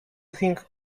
think